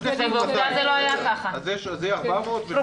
אז יהיה 400 --- אבל עובדה שאנחנו לא שם.